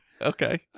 Okay